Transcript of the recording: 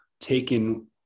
Taken